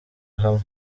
hamwe